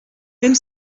même